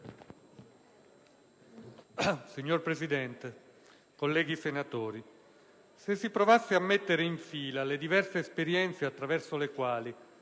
Signor Presidente, colleghi senatori, se si provasse a mettere in fila le diverse esperienze attraverso le quali